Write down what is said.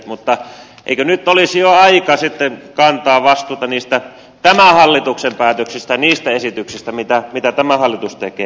mutta eikö nyt olisi jo aika kantaa vastuuta niistä tämän hallituksen päätöksistä niistä esityksistä mitä tämä hallitus tekee